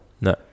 no